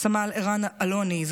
סמל ערן אלוני,